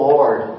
Lord